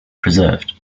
preserved